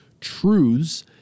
truths